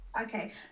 Okay